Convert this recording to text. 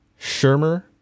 Shermer